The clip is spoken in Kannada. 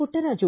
ಪುಟ್ಟರಾಜು